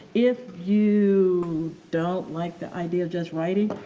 if you don't like the idea of just writing.